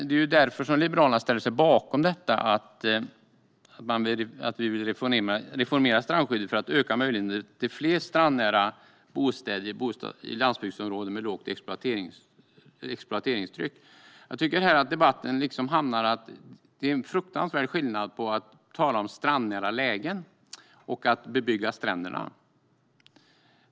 Därför ställer sig Liberalerna bakom att reformera strandskyddet för att öka möjligheten till fler strandnära bostäder i landsbygdsområden med lågt exploateringstryck. I debatten tycker jag att det är en fruktansvärd skillnad mellan strandnära lägen och bebyggande av stränder.